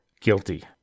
guilty